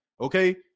okay